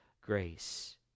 grace